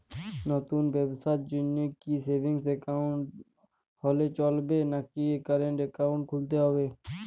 নতুন ব্যবসার জন্যে কি সেভিংস একাউন্ট হলে চলবে নাকি কারেন্ট একাউন্ট খুলতে হবে?